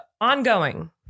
ongoing